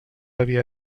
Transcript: havia